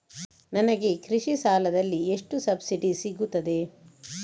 ನನಗೆ ಕೃಷಿ ಸಾಲದಲ್ಲಿ ಎಷ್ಟು ಸಬ್ಸಿಡಿ ಸೀಗುತ್ತದೆ?